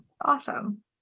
Awesome